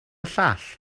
llall